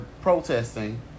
protesting